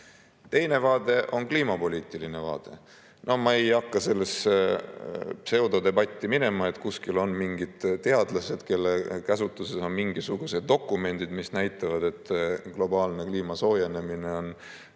vaade on kliimapoliitiline vaade. Ma ei hakka minema sellesse pseudodebatti, et kuskil on mingid teadlased, kelle käsutuses on mingisugused dokumendid, mis näitavad, et globaalne kliimasoojenemine on